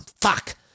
fuck